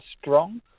strong